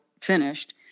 finished